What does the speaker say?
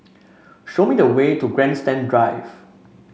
show me the way to Grandstand Drive